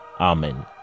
Amen